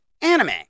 anime